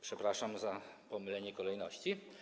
Przepraszam za pomylenie kolejności.